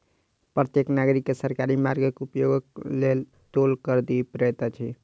प्रत्येक नागरिक के सरकारी मार्गक उपयोगक लेल टोल कर दिअ पड़ैत अछि